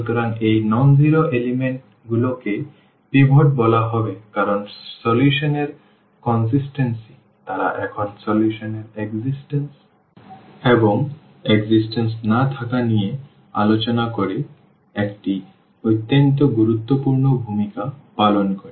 সুতরাং এই অ শূন্য উপাদানগুলোকে পিভট বলা হবে কারণ সমাধান এর ধারাবাহিকতা তারা এখন সমাধান এর অস্তিত্ব এবং অস্তিত্ব না থাকা নিয়ে আলোচনা করে একটি অত্যন্ত গুরুত্বপূর্ণ ভূমিকা পালন করে